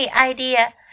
idea